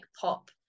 pop